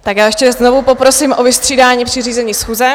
Tak já ještě znovu poprosím o vystřídání při řízení schůze.